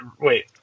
Wait